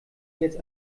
jetzt